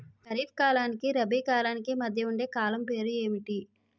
ఖరిఫ్ కాలానికి రబీ కాలానికి మధ్య ఉండే కాలం పేరు ఏమిటి?